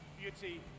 beauty